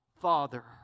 Father